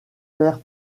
faire